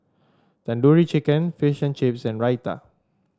Tandoori Chicken Fish and Chips and Raita